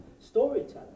storytelling